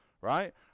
right